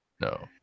No